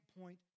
point